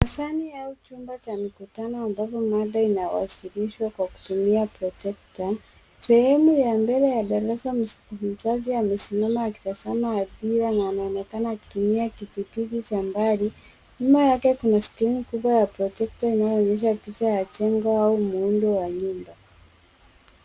Dasani au chumba cha mikutano ambapo mada inawasilishwa kwa kutumia projekta sehemu ya mbele ya darasa msikilizaji amesimama akitazama hadhina na ameonekana akitumia kidhibiti cha mbali nyuma yake kuna skrini kubwa ya projekta inayoonyesha picha ya jengo au muundo wa nyumba.